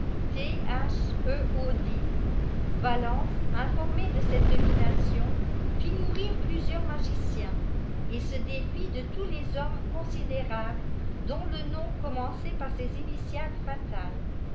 valons informé de celte devination fit mourir plusieurs magiciens et se défit de tous les hommes considérables dont le nom commençait par es initiales fatales